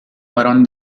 fueron